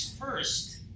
first